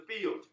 field